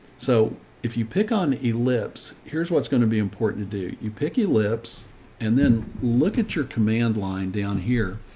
so if you pick on ellipse, here's, what's going to be important to do you pick your lips and then look at your command line down here.